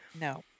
No